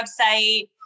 website